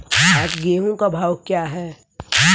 आज गेहूँ का भाव क्या है?